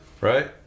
right